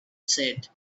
said